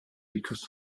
because